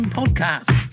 podcast